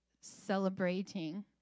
celebrating